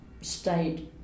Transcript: state